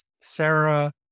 Sarah